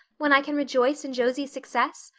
when i can rejoice in josie's success?